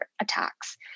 attacks